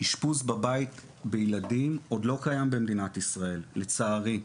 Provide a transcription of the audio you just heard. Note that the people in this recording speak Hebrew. אשפוז בבית בילדים עוד לא קיים במדינת ישראל לצערי.